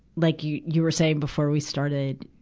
like, you, you were saying before we started,